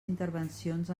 intervencions